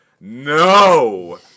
No